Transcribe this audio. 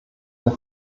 der